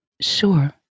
Sure